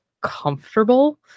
comfortable